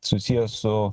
susijęs su